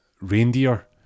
reindeer